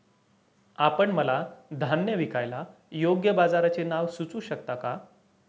आपण मला धान्य विकायला योग्य बाजाराचे नाव सुचवू शकता का?